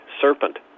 serpent